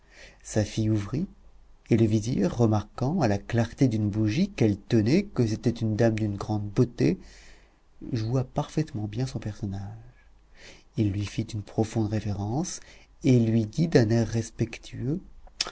safie ouvrit et le vizir remarquant à la clarté d'une bougie qu'elle tenait que c'était une dame d'une grande beauté joua parfaitement bien son personnage il lui fit une profonde révérence et lui dit d'un air respectueux